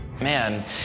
Man